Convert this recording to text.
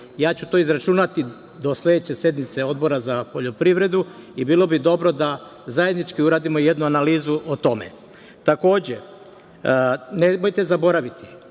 Ja ću to izračunati do sledeće sednice Odbora za poljoprivredu. Bilo bi dobro da zajednički uradimo jednu analizu o tome. Takođe, nemojte zaboraviti